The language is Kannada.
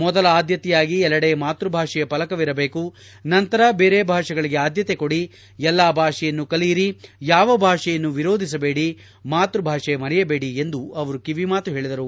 ಮೊದಲ ಆದ್ಲತೆಯಾಗಿ ಎಲ್ಲೆಡೆ ಮಾತ್ಸ ಭಾಷೆಯ ಫಲಕ ಇರಬೇಕು ನಂತರ ಬೇರೆ ಭಾಷೆಗಳಿಗೆ ಆದ್ಲತೆ ಕೊಡಿ ಎಲ್ಲಾ ಭಾಷೆಯನ್ನೂ ಕಲಿಯಿರಿ ಯಾವ ಭಾಷೆಯನ್ನೂ ವಿರೋಧಿಸಬೇಡಿ ಮಾತೃ ಭಾಷೆ ಮರೆಯಬೇಡಿ ಎಂದು ಅವರು ಕಿವಿಮಾತು ಹೇಳಿದರು